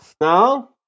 No